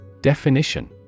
Definition